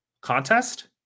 contest